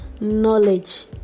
knowledge